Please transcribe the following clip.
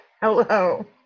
Hello